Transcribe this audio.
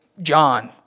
John